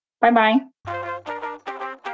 Bye-bye